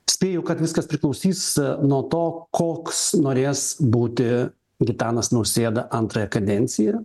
spėju kad viskas priklausys nuo to koks norės būti gitanas nausėda antrąją kadenciją